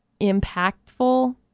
impactful